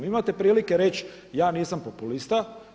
Imate prilike reći ja nisam populista.